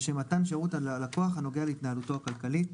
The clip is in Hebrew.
לשם מתן שירות ללקוח הנוגע להתנהלותו הכלכלית.